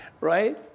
right